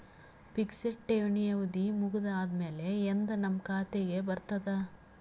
Fixed ಠೇವಣಿ ಅವಧಿ ಮುಗದ ಆದಮೇಲೆ ಎಂದ ನಮ್ಮ ಖಾತೆಗೆ ಬರತದ?